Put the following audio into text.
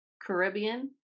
Caribbean